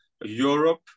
Europe